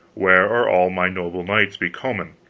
where are all my noble knights becomen?